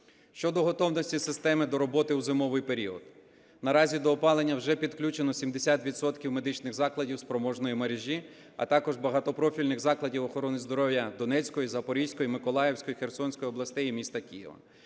Щодо готовності системи до роботи у зимовий період. Наразі до опалення вже підключено 70 відсотків медичних закладів спроможної мережі, а також багатопрофільних закладів охорони здоров'я Донецької, Запорізької, Миколаївської, Херсонської областей і міста Києва.